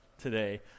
today